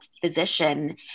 physician